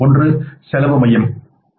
ஒன்று செலவு மையம்கள்